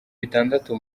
bitandatu